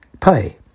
pay